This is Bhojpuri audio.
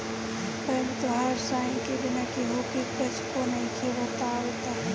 बैंक तोहार साइन के बिना केहु के कुच्छो नइखे बतावत